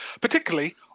Particularly